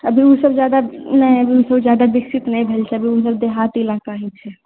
अभी ऊ सब जादा नै बहुत जादा विकसित नै भेल छै अभी ऊ सब देहाती इलाका ही छै